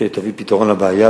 שתביא לפתרון הבעיה.